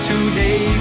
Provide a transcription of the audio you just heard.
Today